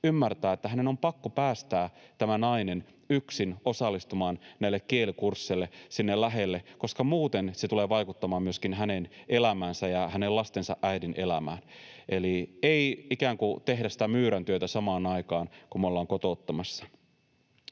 ymmärtää, että hänen on pakko päästää tämä nainen yksin osallistumaan näille kielikursseille sinne lähelle, koska muuten se tulee vaikuttamaan myöskin hänen elämäänsä ja hänen lastensa äidin elämään. Eli ei ikään kuin tehdä sitä myyräntyötä samaan aikaan, kun me ollaan kotouttamassa.